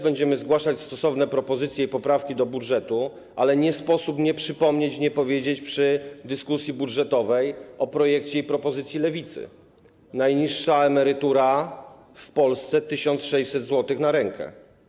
Będziemy też zgłaszać stosowne propozycje i poprawki do budżetu, ale nie sposób nie przypomnieć i nie powiedzieć - przy okazji dyskusji budżetowej - o projekcie i propozycji Lewicy: najniższa emerytura w Polsce - 1600 zł na rękę.